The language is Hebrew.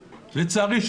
לצערי,